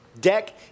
deck